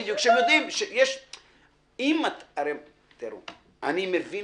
אני מבין